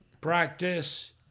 practice